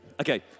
okay